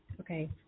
Okay